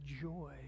joy